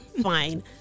Fine